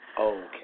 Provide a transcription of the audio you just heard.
Okay